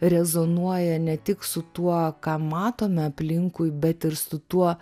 rezonuoja ne tik su tuo ką matome aplinkui bet ir su tuo